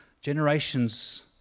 generations